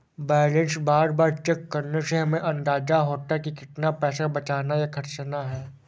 balance बार बार check करने से हमे अंदाज़ा होता है की कितना पैसा बचाना या खर्चना है